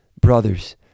Brothers